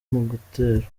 gitero